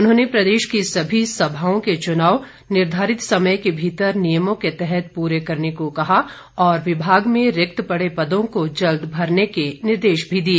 उन्होंने प्रदेश की सभी सभाओं के चुनाव निर्धारित समय के भीतर नियमों के तहत पूरे करने को कहा और विभाग में रिक्त पड़े पदों को जल्द भरने के निर्देश भी दिए